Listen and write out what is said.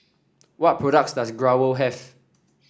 what products does Growell have